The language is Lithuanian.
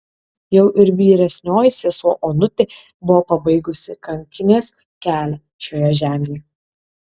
jau ir vyresnioji sesuo onutė buvo pabaigusi kankinės kelią šioje žemėje